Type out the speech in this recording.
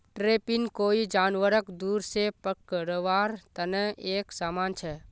trapping कोई जानवरक दूर से पकड़वार तने एक समान छे